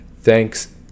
thanks